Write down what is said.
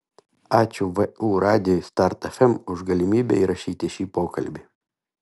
ačiū vu radijui start fm už galimybę įrašyti šį pokalbį